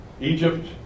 Egypt